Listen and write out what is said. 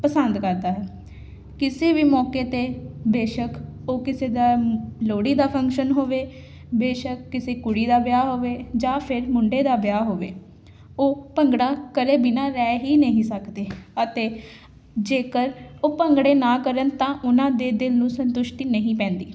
ਪਸੰਦ ਕਰਦਾ ਹੈ ਕਿਸੇ ਵੀ ਮੌਕੇ 'ਤੇ ਬੇਸ਼ਕ ਉਹ ਕਿਸੇ ਦਾ ਲੋਹੜੀ ਦਾ ਫੰਕਸ਼ਨ ਹੋਵੇ ਬੇਸ਼ਕ ਕਿਸੇ ਕੁੜੀ ਦਾ ਵਿਆਹ ਹੋਵੇ ਜਾਂ ਫਿਰ ਮੁੰਡੇ ਦਾ ਵਿਆਹ ਹੋਵੇ ਉਹ ਭੰਗੜਾ ਕਰੇ ਬਿਨਾਂ ਰਹਿ ਹੀ ਨਹੀਂ ਸਕਦੇ ਅਤੇ ਜੇਕਰ ਉਹ ਭੰਗੜਾ ਨਾ ਕਰਨ ਤਾਂ ਉਹਨਾਂ ਦੇ ਦਿਲ ਨੂੰ ਸੰਤੁਸ਼ਟੀ ਨਹੀਂ ਪੈਂਦੀ